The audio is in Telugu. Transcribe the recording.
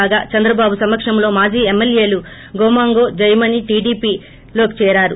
కాగా చంద్రబాబు సమక్షంలో మాజీ ఎమ్మెల్యేలు గోమాంగో జయమణి టీడీపీలో చేరారు